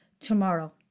tomorrow